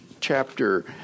chapter